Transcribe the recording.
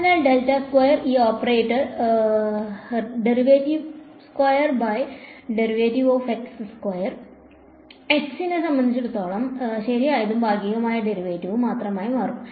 അതിനാൽ ഈ operator x നെ സംബന്ധിച്ചിടത്തോളം ശരിയായതും ഭാഗികമായ ഡെറിവേറ്റീവും മാത്രമായി മാറും